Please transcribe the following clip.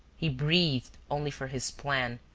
he breathed only for his plan,